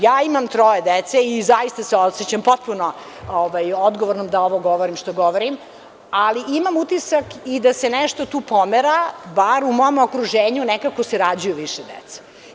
Ja imam troje dece i zaista se osećam potpuno odgovornom da ovo govorim, što govorim, ali imam utisak i da se nešto tu pomera, bar u mom okruženju, nekako se rađa više dece.